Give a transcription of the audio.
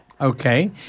Okay